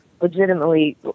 legitimately